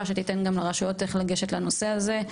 שתיתן גם לרשויות איך לגשת לנושא הזה.